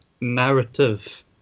narrative